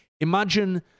imagine